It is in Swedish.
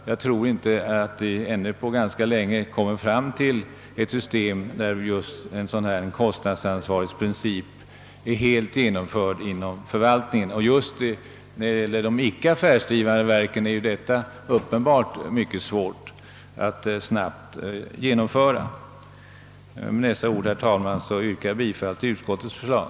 Jag tror inte att man ännu på ganska länge kommer fram till ett system där en sådan kostnadsansvarighetsprincip är helt genomförd inom förvaltningen, och just när det gäller de icke affärsdrivande verken är detta uppenbart mycket svårt att genomföra. Med dessa ord, herr talman, yrkar jag bifall till utskottets förslag.